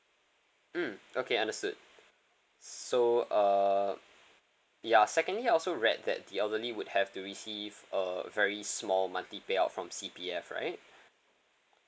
mm okay understood so uh ya secondly I also read that the elderly would have to receive a very small monthly payout from C_P_F right